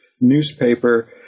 newspaper